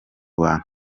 bantu